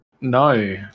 No